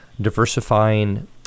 diversifying